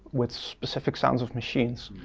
what specific sounds of machines,